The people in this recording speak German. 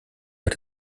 hat